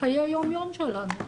בחיי היום יום שלנו.